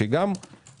שהיא גם לגיטימית.